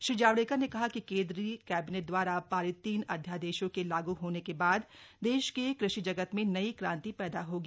श्री जावडेकर ने कहा कि केंद्रीय कैबिनेट दवारा पारित तीन अध्यादेशों के लागू होने के बाद देश के कृषि जगत में नई क्रांति पैदा होगी